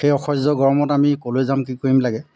সেই অসহ্য গৰমত আমি ক'লৈ যাম কি কৰিম লাগে